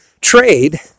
trade